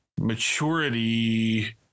maturity